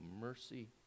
mercy